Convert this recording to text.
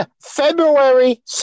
February